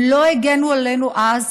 הם לא הגנו עלינו אז,